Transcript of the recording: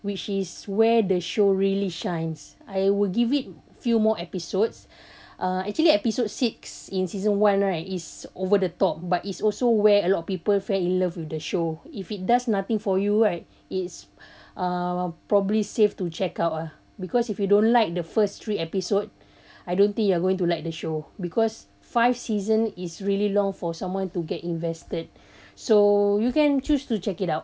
which is where the show really shines I will give it a few more episodes uh actually episode six in season one right is over the top but it's also where a lot of people fell in love with the show if it does nothing for you right it's uh probably safe to check out ah because if you don't like the first three episode I don't think you are going to like the show because five season is really long for someone to get invested so you can choose to check it out